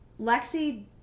lexi